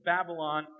Babylon